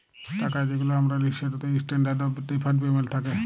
টাকা যেগুলা আমরা লিই সেটতে ইসট্যান্ডারড অফ ডেফার্ড পেমেল্ট থ্যাকে